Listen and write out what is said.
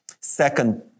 second